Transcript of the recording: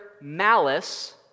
malice